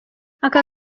aka